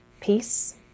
peace